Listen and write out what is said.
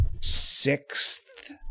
sixth